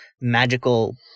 magical